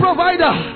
Provider